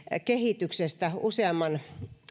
kehityksestä useamman